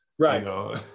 Right